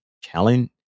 challenge